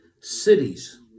cities